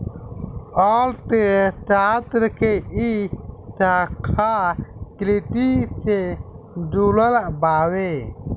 अर्थशास्त्र के इ शाखा कृषि से जुड़ल बावे